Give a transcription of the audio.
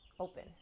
open